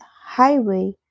highway